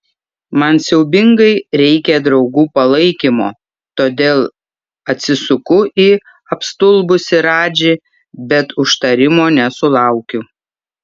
man siaubingai reikia draugų palaikymo todėl atsisuku į apstulbusį radžį bet užtarimo nesulaukiu